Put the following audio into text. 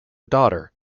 daughter